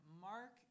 Mark